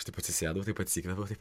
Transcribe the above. aš tai atsisėdau taip atsikvėpiau taip